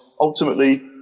Ultimately